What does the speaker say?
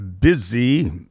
busy